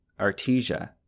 Artesia